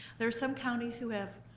there are some counties who have